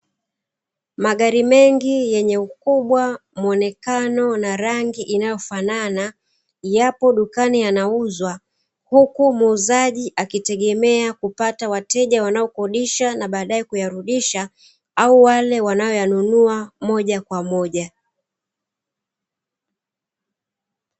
Magari mengi yenye ukubwa muonekano na rangi inayofanana yapo dukani yanauzwa, huku muuzaji akitegemea kupata wateja wanao kodisha na bbadae kuyarudisha au wale wanaoyanunua moja kwa moja.